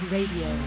Radio